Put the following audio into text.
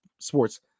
sports